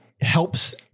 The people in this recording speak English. helps